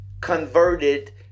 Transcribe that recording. converted